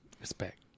Respect